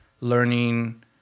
learning